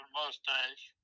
mustache